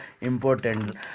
important